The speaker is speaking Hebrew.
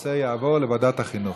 הנושא יועבר לוועדת החינוך.